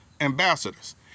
ambassadors